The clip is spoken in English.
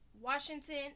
Washington